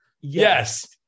Yes